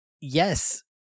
yes